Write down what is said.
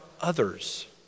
others